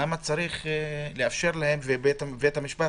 למה צריך לאפשר להם את זה ושבית המשפט